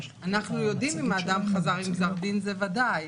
אנחנו יודעים אם האדם חזר עם גזר דין, זה ודאי.